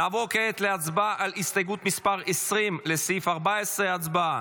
נעבור כעת להצבעה על הסתייגות 20 לסעיף 14. הצבעה.